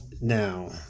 now